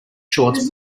shorts